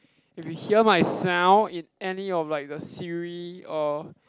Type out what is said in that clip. if you hear my sound in any of like the Siri or